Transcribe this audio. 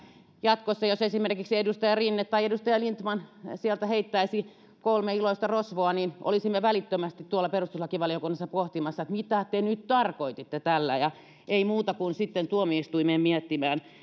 jatkossa jos esimerkiksi edustaja rinne tai edustaja lindtman sieltä heittäisi kolmesta iloisesta rosvosta olisimme välittömästi tuolla perustuslakivaliokunnassa pohtimassa mitä te nyt tarkoititte tällä ja ei muuta kuin sitten tuomioistuimeen miettimään